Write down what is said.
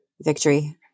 victory